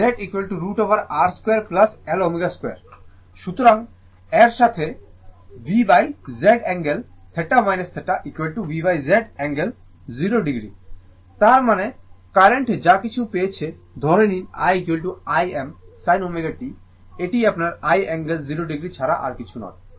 Z √ over R 2 L ω 2 সুতরাং এর অর্থ V Z angle θ θ V Z angle 0o তার মানে কারেন্ট যা কিছু পেয়েছে ধরে নিন i Im sin ω t এটি আপনার i angle 0o ছাড়া আর কিছুই নয়